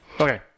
Okay